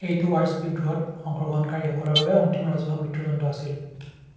এইটো ৱাৰছ বিদ্ৰোহত অংশগ্ৰহণকাৰীসকলৰ অন্তিম ৰাজহুৱা মৃত্যুদণ্ড আছিল